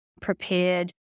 prepared